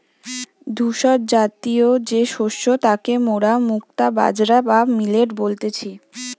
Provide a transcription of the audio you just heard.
ধূসরজাতীয় যে শস্য তাকে মোরা মুক্তা বাজরা বা মিলেট বলতেছি